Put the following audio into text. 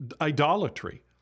idolatry